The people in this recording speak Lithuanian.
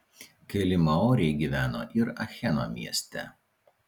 keli maoriai gyveno ir acheno mieste